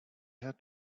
had